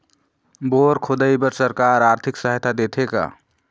Bore खोदाई बर सरकार आरथिक सहायता देथे का?